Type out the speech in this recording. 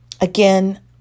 again